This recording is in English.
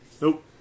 Nope